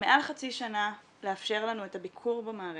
מעל חצי שנה לאפשר לנו את הביקור במערכת.